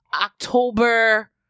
October